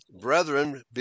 Brethren